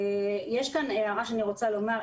יש כאן הערה שאני רוצה לומר.